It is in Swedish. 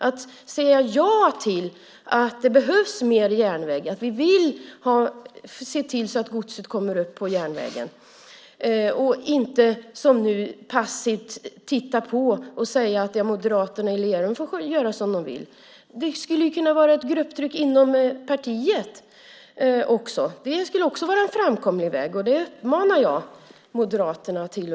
Ni kan hjälpa dem att säga ja till mer järnväg så att godstransporterna kan ske där i stället för att som nu passivt titta på och säga att moderaterna i Lerum får göra som de vill. Det skulle ju kunna vara ett grupptryck inom partiet också. Det skulle också vara en framkomlig väg, och det uppmanar jag Moderaterna till.